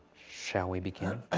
shall we begin? oh.